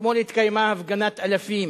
אתמול התקיימה הפגנת אלפים